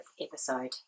episode